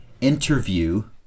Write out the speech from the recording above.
interview